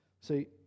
See